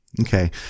Okay